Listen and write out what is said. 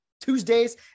tuesdays